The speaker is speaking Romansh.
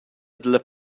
dalla